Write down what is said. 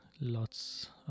lots